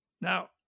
Now